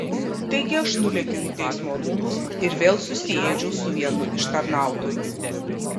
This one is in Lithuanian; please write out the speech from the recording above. taigi aš nulėkiau į teismo rūmus ir vėl susiėdžiau su vienu iš tarnautojų